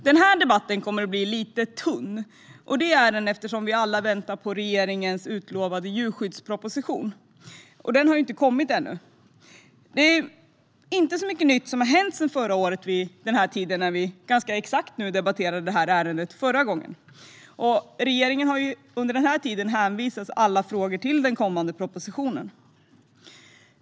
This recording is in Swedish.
Den här debatten kommer att bli lite tunn, och det är den eftersom vi alla väntar på regeringens utlovade djurskyddsproposition som ännu inte har kommit. Det är inte mycket nytt som har hänt sedan förra året vid ganska exakt den här tiden när vi debatterade detta ärende förra gången. Regeringen har ju under den här tiden hänvisat alla frågor till den kommande propositionen.